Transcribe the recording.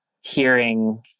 hearing